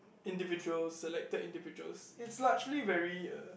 individuals selected individuals it's largely very uh